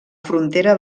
frontera